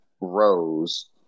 Rose